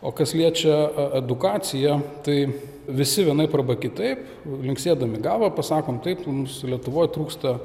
o kas liečia a edukaciją tai visi vienaip arba kitaip linksėdami galva pasakom taip mums lietuvoj trūksta